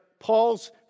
Paul's